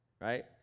right